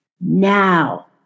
Now